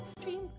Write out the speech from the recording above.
dream